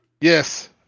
Yes